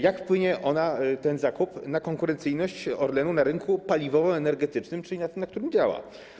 Jak wpłynie ten zakup na konkurencyjność Orlenu na rynku paliwowo-energetycznym, czyli na tym, na którym działa?